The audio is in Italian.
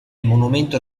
monumento